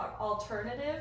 alternative